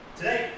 Today